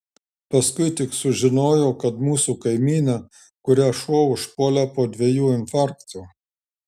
paskui tik sužinojau kad mūsų kaimynė kurią šuo užpuolė po dviejų infarktų